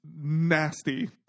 nasty